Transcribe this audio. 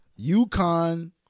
UConn